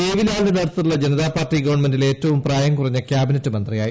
ദേവിലാലിന്റെ നേതൃത്വത്തിലുള്ള ജനതാ പാർട്ടി ഗവൺമെന്റിൽ ഏറ്റവും പ്രായം കുറഞ്ഞ ക്യാബിനറ്റ് മന്ത്രിയായി